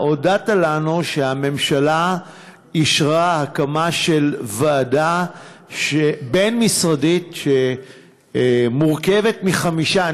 הודעת לנו שהממשלה אישרה הקמה של ועדה בין-משרדית שחברים בה חמישה.